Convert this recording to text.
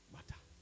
matter